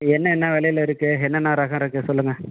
என்ன என்ன விலையில இருக்குது என்ன என்ன ரகம் இருக்குது சொல்லுங்கள்